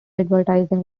advertising